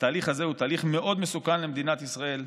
והתהליך הזה הוא תהליך מאוד מסוכן למדינת ישראל.